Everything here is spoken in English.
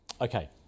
Okay